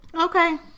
okay